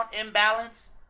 imbalance